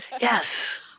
Yes